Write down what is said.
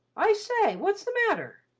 i say, what's the matter?